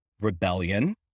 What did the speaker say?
rebellion